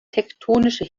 tektonische